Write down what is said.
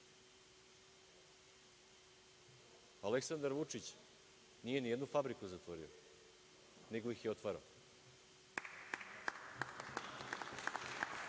Aleksandar Vučić nije ni jednu fabriku zatvorio, nego ih je otvarao.